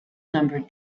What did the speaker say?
numbered